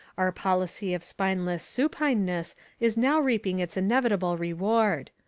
our policy of spineless supineness is now reaping its inevitable reward.